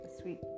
sweet